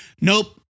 Nope